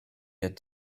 had